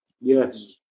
Yes